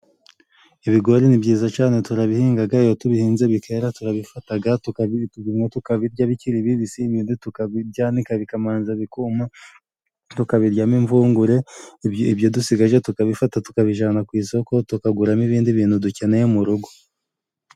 Ibigori ni byiza cane turabihingaga iyo tubihinze bikera turabifataga tukabi bimwe tukabirya bikiri bibisi ibindi tukabyanika bikamanza bikuma tukabiryamo imvungure ibyo dusigaje tukabifata tukabijana ku isoko tukaguramo ibindi bintu dukeneye mu rugo.